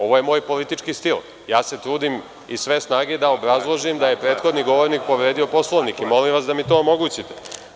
Ovo je moj politički stil i ja se trudim iz sve snage da obrazložim, da je prethodni govornik povredio Poslovnik i molim vas da mi to omogućite.